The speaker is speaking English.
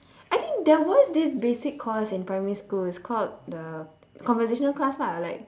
I think there was this basic course in primary school it's called the conversational class lah like